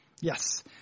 Yes